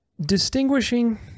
distinguishing